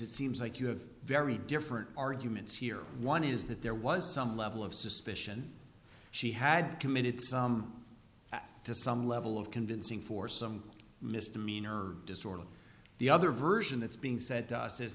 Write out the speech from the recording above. it seems like you have very different arguments here one is that there was some level of suspicion she had committed some to some level of convincing for some misdemeanor disorderly the other version that's being said